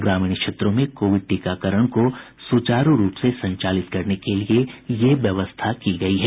ग्रामीण क्षेत्रों में कोविड टीकाकरण को सुचारू रूप से संचालित करने के लिये ये व्यवस्था की गयी है